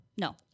No